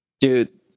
dude